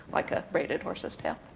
like a braided horse's tail.